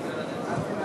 ועדת